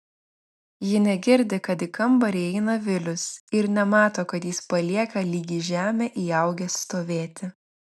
ji negirdi kad į kambarį įeina vilius ir nemato kad jis palieka lyg į žemę įaugęs stovėti